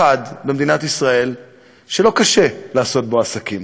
אחד, במדינת ישראל שלא קשה לעשות בו עסקים.